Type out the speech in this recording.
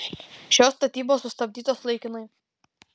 šios statybos sustabdytos laikinai